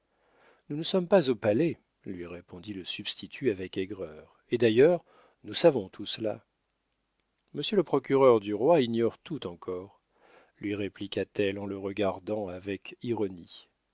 nous ne sommes pas au palais lui répondit le substitut avec aigreur et d'ailleurs nous savons tout cela monsieur le procureur du roi ignore tout encore lui répliqua-t-elle en le regardant avec ironie